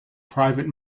private